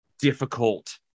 difficult